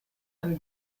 eine